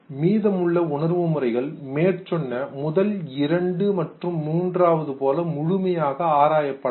மீதம் உள்ள உணர்வு முறைகள் மேற்சொன்ன முதல் இரண்டு மற்றும் மூன்றாவது போல முழுமையாக ஆராயப்படவில்லை